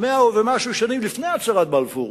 100 ומשהו שנים לפני הצהרת בלפור,